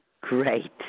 Great